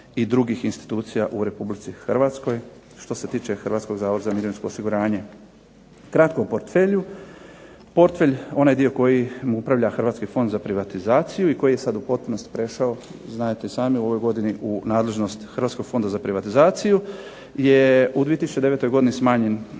i drugih institucija u Republici Hrvatskoj, što se tiče Hrvatskog zavoda za mirovinsko osiguranje. Kratko o portfelju. Portfelj, onaj dio kojim upravlja Hrvatski fond za privatizaciju i koji je sad u potpunosti prešao, znadete i sami u ovoj godini u nadležnost Hrvatskog fonda za privatizaciju je u 2009. godini smanjen,